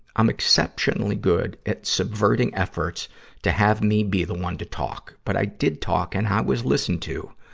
i'm exceptionally good at subverting efforts to have me be the one to talk, but i did talk and i was listened to.